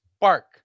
bark